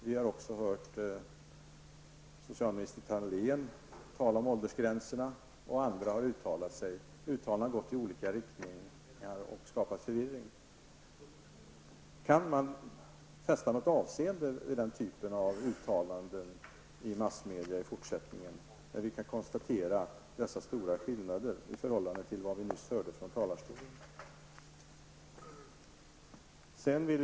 Vi har också hört socialminister Ingela Thalén och andra uttala sig om åldersgränser, och uttalandena har gått i olika riktningar och skapat förvirring. Kan man i fortsättningen fästa något avseende vid denna typ av uttalanden i massmedia? Vi kan ju nu konstatera dessa stora skillnader i förhållande till det som vi nyss hörde från talarstolen.